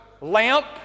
lamp